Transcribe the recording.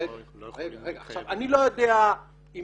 אני לא יודע אם